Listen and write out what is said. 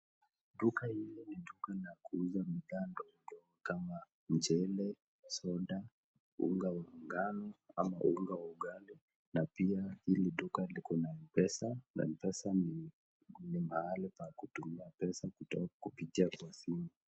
Duka hili ni duka la kuuza bidhaa kama mchele, soda, unga wa ngano ama unga wa ugali na pia hili duka liko na mpesa na hasa ni mahali pa kutumia pesa kupitia kwa simu.